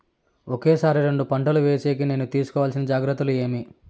ఒకే సారి రెండు పంటలు వేసేకి నేను తీసుకోవాల్సిన జాగ్రత్తలు ఏమి?